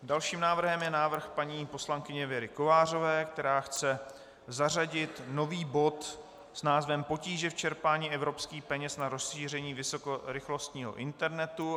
Dalším návrhem je návrh paní poslankyně Věry Kovářové, která chce zařadit nový bod s názvem Potíže v čerpání evropských peněz na rozšíření vysokorychlostního internetu.